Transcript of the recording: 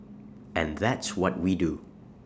and that's what we do